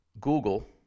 Google